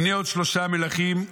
"הנה עוד שלושה מלכים".